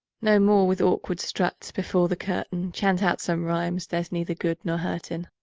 no more with aukward strut, before the curtain, chaunt out some rhimes there's neither good nor hurt in.